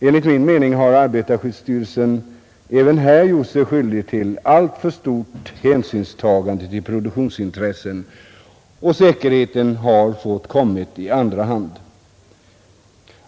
Enligt min mening har arbetarskyddsstyrelsen även här gjort sig skyldig till alltför stort hänsynstagande till produktionsintressen, och säkerheten har fått komma i andra hand.